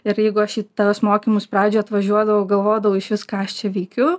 ir jeigu aš į tuos mokymus pradžioj atvažiuodavau galvodavau išvis ką aš čia veikiu